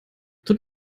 tut